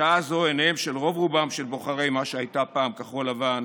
בשעה זו עיניהם של רוב-רובם של בוחרי מה שהייתה פעם כחול לבן